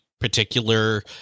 Particular